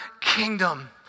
kingdom